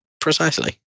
precisely